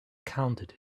counted